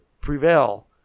prevail